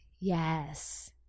Yes